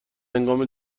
هنگام